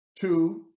Two